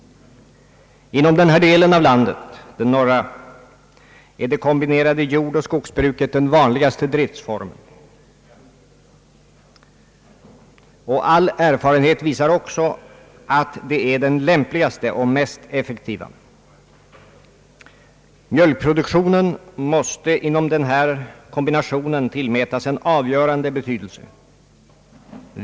Inom den norra delen av landet är det kombinerade jordoch skogsbruket den vanligaste driftsformen, och all erfarenhet visar också att det är den lämpligaste och mest effektiva. Mjölkproduktionen måste inom denna kombination tillmätas en avgörande betydelse.